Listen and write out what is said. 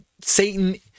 Satan